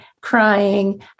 crying